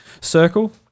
circle